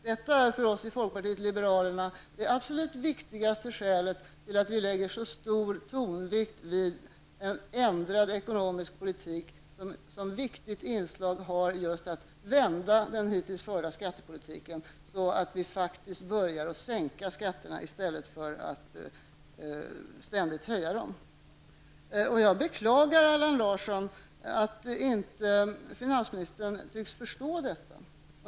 Detta är för oss i folkpartiet liberalerna det absolut viktigaste skälet till att vi lägger så stor tonvikt vid en ändrad ekonomisk politik med ett viktigt inslag av att vända den hittills förda skattepolitiken, så att skatterna börjar sänkas i stället för att ständigt höjas. Jag beklagar att finansministern inte tycks förstå detta.